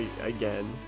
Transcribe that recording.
again